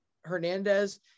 Hernandez